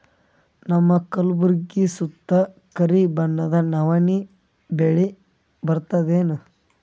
ನಮ್ಮ ಕಲ್ಬುರ್ಗಿ ಸುತ್ತ ಕರಿ ಮಣ್ಣದ ನವಣಿ ಬೇಳಿ ಬರ್ತದೇನು?